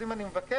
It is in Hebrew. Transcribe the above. אם אני מבקש,